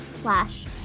slash